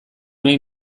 nahi